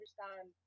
understand